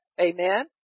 Amen